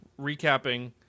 recapping